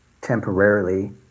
temporarily